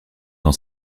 dans